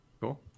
Cool